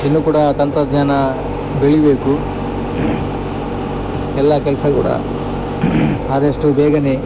ಇನ್ನು ಕೂಡ ತಂತ್ರಜ್ಞಾನ ಬೆಳಿಬೇಕು ಎಲ್ಲ ಕೆಲಸ ಕೂಡ ಆದಷ್ಟು ಬೇಗನೆ